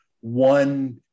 one